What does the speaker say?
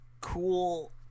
cool